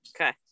Okay